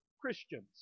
Christians